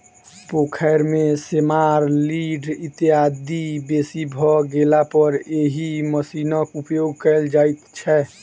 पोखैर मे सेमार, लीढ़ इत्यादि बेसी भ गेलापर एहि मशीनक उपयोग कयल जाइत छै